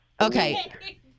okay